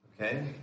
Okay